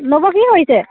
নবৌ কি কৰিছে